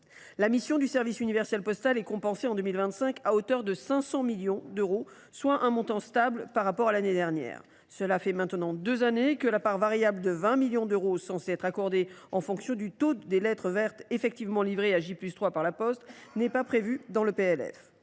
La mission de service universel postal est compensée, en 2025, à hauteur de 500 millions d’euros, soit un montant stable par rapport à l’année dernière. Cela fait maintenant deux années que le PLF ne prévoit pas la part variable de 20 millions d’euros qui est censée être accordée en fonction du taux de lettres vertes effectivement livrées à J+3 par La Poste. Pourtant, les